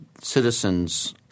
citizens –